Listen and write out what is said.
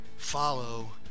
Follow